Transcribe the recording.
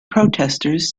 protestors